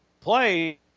play